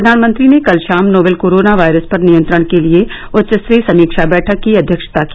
प्रधानमंत्री ने कल शाम नोवल कोरोना वायरस पर नियंत्रण के लिए उच्चस्तरीय समीक्षा बैठक की अध्यक्षता की